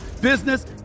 business